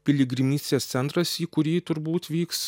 piligrimystės centras į kurį turbūt vyks